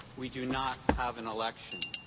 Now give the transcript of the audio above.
we do not have an election.